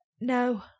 No